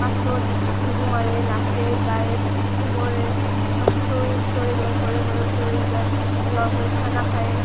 পথাৰত বিহু মাৰে নাচে গায় ফূৰ্তি কৰে হুঁচৰি হুঁচৰি গায় ঘৰে ঘৰে হুঁচৰি গায় লগ হৈ খানা খায়